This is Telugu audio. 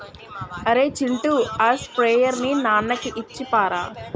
అరేయ్ చింటూ ఆ స్ప్రేయర్ ని నాన్నకి ఇచ్చిరాపో